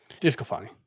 Discofani